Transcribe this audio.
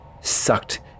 sucked